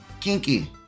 kinky